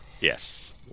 Yes